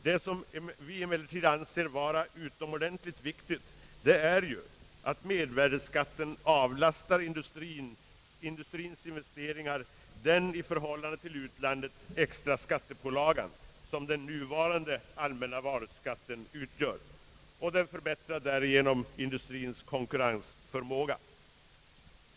Det som vi emellertid anser vara utomordentligt viktigt är att mervärdeskatten avlastar från industriens investeringar den i förhållande till utlandet extra skattepålaga som den nuvarande allmänna varuskatten utgör, och den förbättrar därigenom industriens konkurrensförmåga.